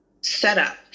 setup